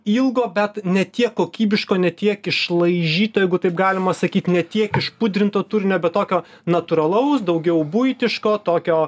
ilgo bet ne tiek kokybiško ne tiek išlaižyto jeigu taip galima sakyt ne tiek iš pudrinto turinio be tokio natūralaus daugiau buitiško tokio